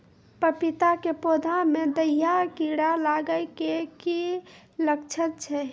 पपीता के पौधा मे दहिया कीड़ा लागे के की लक्छण छै?